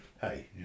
hey